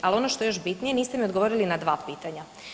Al ono što je još bitnije niste mi odgovorili na dva pitanja.